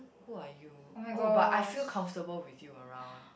who are you oh but I feel comfortable with you around